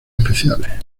especiales